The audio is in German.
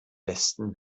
besten